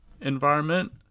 environment